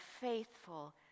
faithful